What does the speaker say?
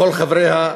כל חבריה,